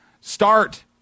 Start